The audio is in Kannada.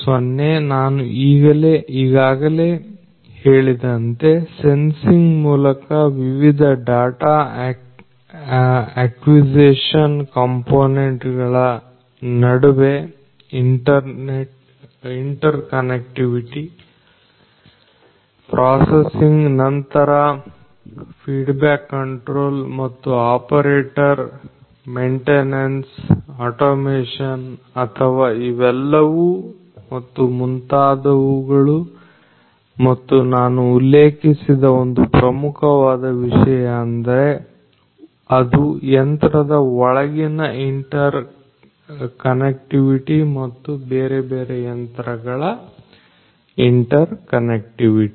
0 ನಾನು ಈಗಾಗಲೇ ಹೇಳಿದಂತೆ ಸೆನ್ಸಿಂಗ್ ಮೂಲಕ ವಿವಿಧ ಡಾಟಾ ಆಕ್ವಿಸಿಶನ್ ಕಂಪೋನೆಂಟ್ ಗಳ ನಡುವೆ ಇಂಟರ್ ಕನ್ನೆಕ್ಟಿವಿಟಿ ಪ್ರಾಸೆಸಿಂಗ್ ನಂತರ ಫೀಡ್ಬ್ಯಾಕ್ ಕಂಟ್ರೋಲ್ ಮತ್ತು ಆಪರೇಟರ್ ಮೆಂಟೇನೆನ್ಸ್ ಆಟೋಮೇಷನ್ ಅಥವಾ ಇವೆಲ್ಲವೂ ಮತ್ತು ಮುಂತಾದವುಗಳು ಮತ್ತು ನಾನು ಉಲ್ಲೇಖಿಸಿದ ಒಂದು ಪ್ರಮುಖವಾದ ವಿಷಯ ಅಂದ್ರೆ ಅದು ಯಂತ್ರದ ಒಳಗಿನ ಇಂಟರ್ ಕನೆಕ್ಟಿವಿಟಿ ಮತ್ತು ಬೇರೆಬೇರೆ ಯಂತ್ರಗಳ ಇಂಟರ್ ಕನೆಕ್ಟಿವಿಟಿ